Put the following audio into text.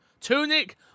Tunic